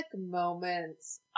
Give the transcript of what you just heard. moments